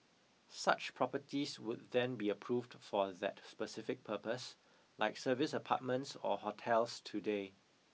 such properties would then be approved for that specific purpose like service apartments or hotels today